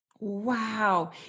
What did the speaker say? wow